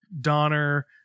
donner